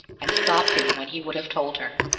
and stopped him when he would have told her.